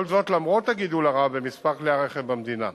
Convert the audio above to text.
כל זאת למרות הגידול הרב במספר כלי הרכב המדינה.